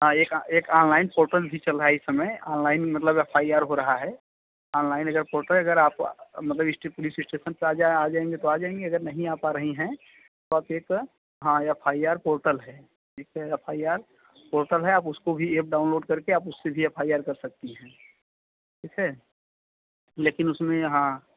हाँ एक एक ऑनलाइन पोर्टल भी चल रहा है ऑनलाइन मतलब एफ आई आर हो रहा है ऑनलाइन अगर पोर्टल अगर आपको मतलब स्टेशन से जाएँगी तो जाएँगी अगर नहीं आ पा रही हैं तो आप एक एफ आई आर पोर्टल है एफ आई आर पोर्टल है आप उसको भी एप डाउनलोड करके आप उस पे भी एफ आई आर कर सकती हैं ठीक है